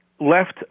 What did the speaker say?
Left